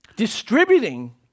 Distributing